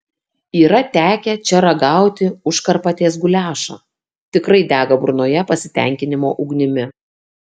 yra tekę čia ragauti užkarpatės guliašą tikrai dega burnoje pasitenkinimo ugnimi